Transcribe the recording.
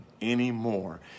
anymore